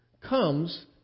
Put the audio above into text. comes